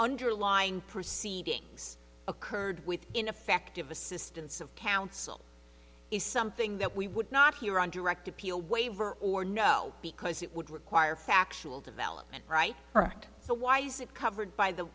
underlying proceedings occurred with ineffective assistance of counsel is something that we would not hear on direct appeal waiver or no because it would require factual development right and so why is it covered by the